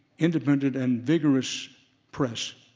independent and vigorous press,